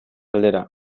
aldera